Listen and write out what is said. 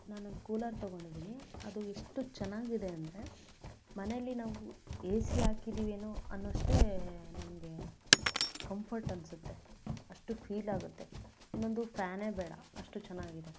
ನಾನೊಂದು ಕೂಲರ್ ತೊಗೊಂಡಿದ್ದೀನಿ ಅದು ಎಷ್ಟು ಚೆನ್ನಾಗಿದೆ ಅಂದರೆ ಮನೇಲಿ ನಾವು ಎ ಸಿ ಹಾಕಿದ್ದೀವೇನೋ ಅನ್ನೋ ಅಷ್ಟೇ ನಮಗೆ ಕಂಫರ್ಟ್ ಅನ್ನಿಸುತ್ತೆ ಅಷ್ಟು ಫೀಲಾಗುತ್ತೆ ಇನ್ನೊಂದು ಫ್ಯಾನೇ ಬೇಡ ಅಷ್ಟು ಚೆನ್ನಾಗಿದೆ